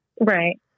Right